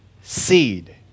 seed